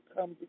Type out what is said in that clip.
come